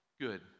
Good